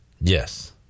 Yes